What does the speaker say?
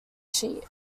sheet